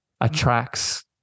attracts